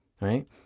Right